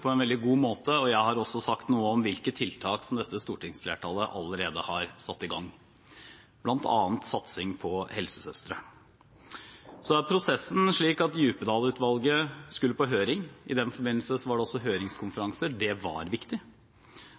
og jeg har også sagt noe om – hvilke tiltak som dette stortingsflertallet allerede har satt i gang, bl.a. satsing på helsesøstre. Så er prosessen slik at Djupedal-utvalgets innstilling skulle på høring. I den forbindelse var det også høringskonferanser. Det var viktig.